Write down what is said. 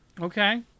Okay